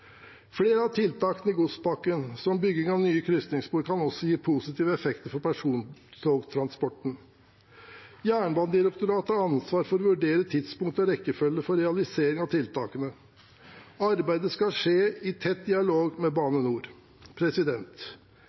Flere av tiltakene i godspakken, som bygging av nye krysningsspor, kan også gi positive effekter for persontogtransporten. Jernbanedirektoratet har ansvar for å vurdere tidspunkt og rekkefølge for realisering av tiltakene. Arbeidet skal skje i tett dialog med Bane NOR.